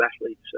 athletes